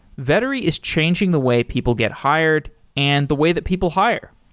vettery is changing the way people get hired and the way that people hire.